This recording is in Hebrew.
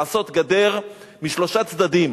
לעשות גדר משלושה צדדים